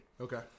Okay